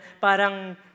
parang